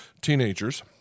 teenagers